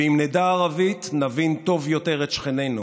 ואם נדע ערבית נבין טוב יותר את שכנינו,